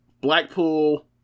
Blackpool